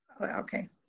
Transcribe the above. Okay